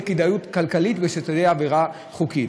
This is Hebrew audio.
כדאיות כלכלית ושזאת תהיה עבירה לפי חוק.